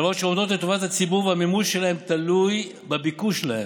הלוואות שעומדות לטובת הציבור והמימוש שלהן תלוי בביקוש להן.